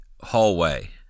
hallway